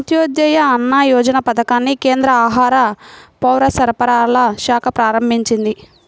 అంత్యోదయ అన్న యోజన పథకాన్ని కేంద్ర ఆహార, పౌరసరఫరాల శాఖ ప్రారంభించింది